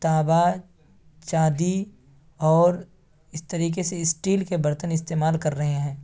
تانبا چاندی اور اس طریقہ سے اسٹیل کے برتن استعمال کر رہے ہیں